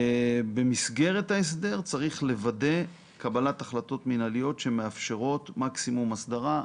במסגרת ההסדר צריך לוודא קבלת החלטות מנהליות שמאפשרות מקסימום הסדרה,